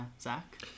Zach